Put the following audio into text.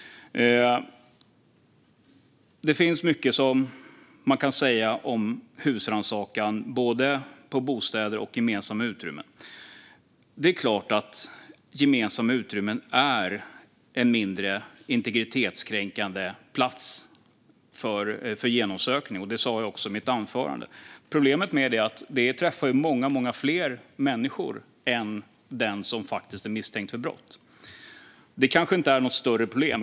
Det finns mycket som man kan säga om husrannsakan både i bostäder och i gemensamma utrymmen. Det är klart att gemensamma utrymmen är en mindre integritetskränkande plats för genomsökning. Det sa jag också i mitt anförande. Problemet är att det träffar många fler människor än den som faktiskt är misstänkt för brott. Det kanske inte är något större problem.